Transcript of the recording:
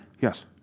Yes